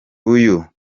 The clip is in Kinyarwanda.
uyu